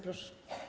Proszę.